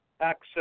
access